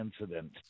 incident